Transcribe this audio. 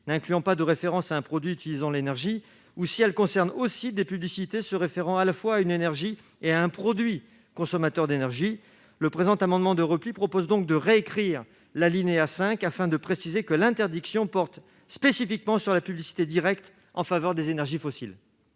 n'incluant pas de référence à un produit utilisant l'énergie ou si elle concerne aussi des publicités se référant à la fois à une énergie et à un produit consommateur d'énergie. Le présent amendement de repli vise donc à réécrire l'alinéa 5 pour préciser que l'interdiction porte spécifiquement sur la publicité directe en faveur des énergies fossiles.